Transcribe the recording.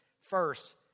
First